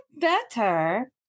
better